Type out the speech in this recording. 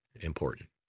important